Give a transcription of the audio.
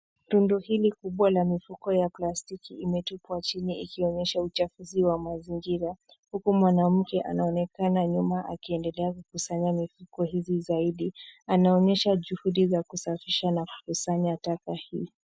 Tundu hili kubwa la mifuko ya plastiki imetupwa chini ikionyesha uchafuzi wa mazingira, huku mwanamke anaonekana nyuma akiendelea kukusanya mifuko hizi zaidi. Anaonyesha juhudi za kusafisha na kukusanya taka hii.